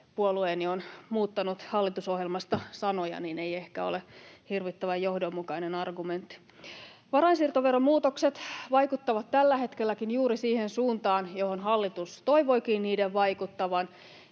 puolueeni on muuttanut hallitusohjelmasta sanoja, ei ehkä ole hirvittävän johdonmukainen argumentti. Varainsiirtoveron muutokset vaikuttavat tälläkin hetkellä juuri siihen suuntaan, johon hallitus toivoikin niiden vaikuttavan.